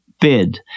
bid